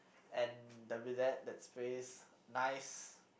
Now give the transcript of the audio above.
and the bidets that sprays nice